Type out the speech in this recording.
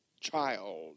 child